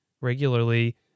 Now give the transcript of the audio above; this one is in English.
regularly